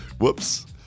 whoops